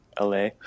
LA